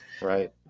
right